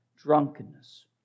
drunkenness